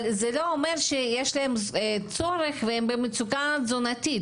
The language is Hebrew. אבל זה לא אומר שיש להם צורך והם במצוקה תזונתית.